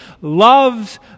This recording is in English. loves